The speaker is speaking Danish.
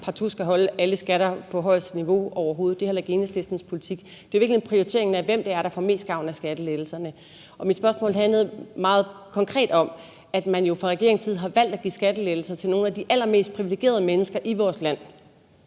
man partout skal holde alle skatter på højeste niveau overhovedet; det er heller ikke Enhedslistens politik. Men det er i virkeligheden prioriteringen af, hvem det er, der får mest gavn af skattelettelserne. Mit spørgsmål handlede meget konkret om, at man jo fra regeringens side har valgt at give skattelettelser til nogle af de allermest privilegerede mennesker i vores land.